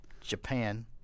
Japan